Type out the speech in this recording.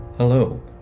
Hello